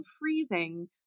freezing